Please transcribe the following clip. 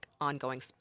ongoing